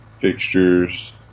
fixtures